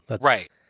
Right